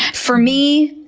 for me,